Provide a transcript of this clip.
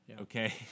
okay